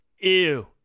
ew